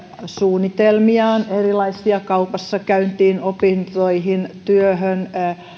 suunnitelmiaan erilaisia kaupassakäyntiin opintoihin työhön